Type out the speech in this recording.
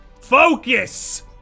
Focus